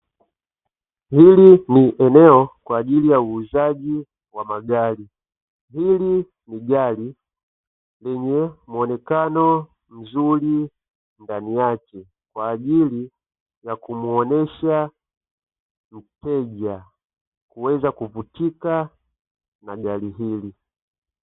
Hili ni eneo kwa ajili ya uuzaji wa magari. Hili ni gari lenye muonekano mzuri ndani yake kwa ajili ya kumuonyesha mteja kuweza kuvutika na gari hili.